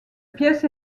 pièce